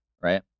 right